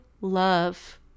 love